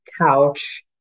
couch